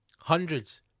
hundreds